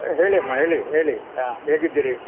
ಹೇಳಿಯಮ್ಮ ಹೇಳಿ ಹೇಳಿ ಆಂ ಹೇಗಿದ್ದೀರಿ